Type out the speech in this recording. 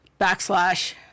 backslash